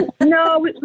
No